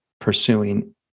pursuing